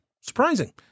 Surprising